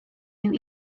new